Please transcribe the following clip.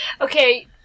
Okay